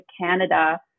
Canada